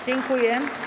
Dziękuję.